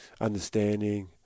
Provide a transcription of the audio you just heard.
understanding